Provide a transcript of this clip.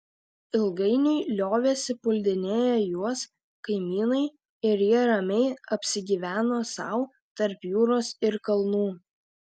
ilgainiui liovėsi puldinėję juos kaimynai ir jie ramiai apsigyveno sau tarp jūros ir kalnų